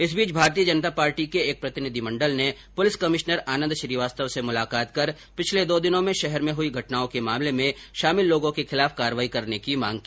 इस बीच भारतीय जनता पार्टी के एक प्रतिनिधि मंडल ने पुलिस कमिश्नर आनंद श्रीवास्तव से मुलाकात कर पिछले दो दिनों से शहर में हई घटनाओं के मामले में शामिल लोगों के खिलाफ कार्यवाही करने की मांग की